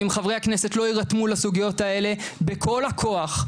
ואם חברי הכנסת לא יירתמו לסוגיות האלה בכל הכוח,